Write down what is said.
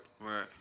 Right